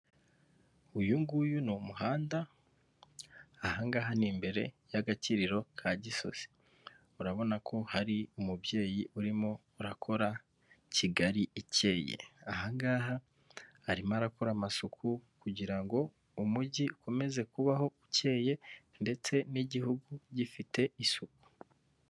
Uyu nguyu ni umuhanda, aha ngaha ni imbere y'agakiriro ka Gisozi, urabona ko hari umubyeyi urimo urakora Kigali ikeye, aha ngaha arimo arakora amasuku kugira ngo umujyi ukomeze kubaho ukeye ndetse n'igihugu gifite isuku.